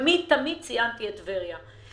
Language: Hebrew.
תמיד ציינתי את טבריה,